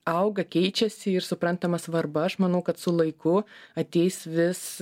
auga keičiasi ir suprantama svarba aš manau kad su laiku ateis vis